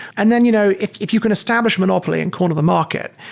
and then you know if if you can establish monopoly and corner the market,